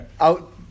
out